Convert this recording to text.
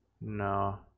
No